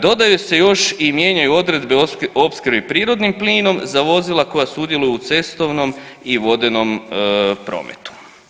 Dodaju se još i mijenjaju odredbe o opskrbi prirodnim plinom za vozila koja sudjeluju u cestovnom i vodenom prometu.